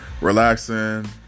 relaxing